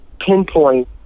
pinpoint